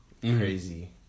Crazy